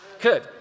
Good